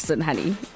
honey